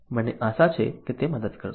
અમને આશા છે કે તે મદદ કરશે